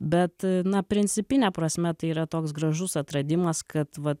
bet na principine prasme tai yra toks gražus atradimas kad va